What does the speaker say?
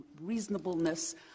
reasonableness